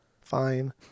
Fine